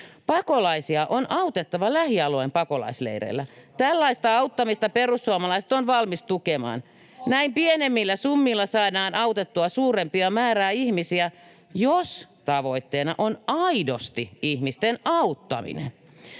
Pakolaisia on autettava lähialueen pakolaisleireillä. Tällaista auttamista Perussuomalaiset on valmis tukemaan. Näin pienemmillä summilla saadaan autettua suurempaa määrää ihmisiä, jos tavoitteena on aidosti ihmisten auttaminen.